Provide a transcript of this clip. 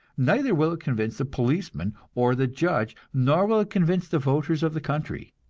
neither will it convince the policeman or the judge, nor will it convince the voters of the country.